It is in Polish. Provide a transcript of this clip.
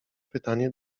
pytanie